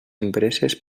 empreses